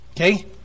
Okay